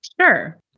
Sure